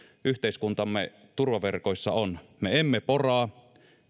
yhteiskuntamme turvaverkoissa on me emme poraa